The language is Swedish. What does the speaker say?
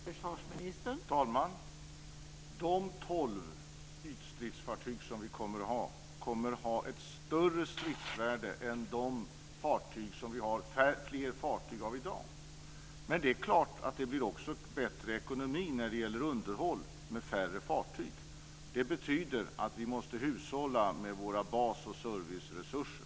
Fru talman! De tolv ytstridsfartyg som vi kommer att ha kommer att ha ett större stridsvärde än de fartyg som vi har fler av i dag. Men det är klart att det också blir bättre ekonomi när det gäller underhåll med färre fartyg. Det betyder att vi måste hushålla med våra bas och serviceresurser.